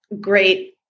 great